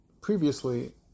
previously